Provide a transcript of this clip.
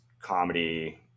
comedy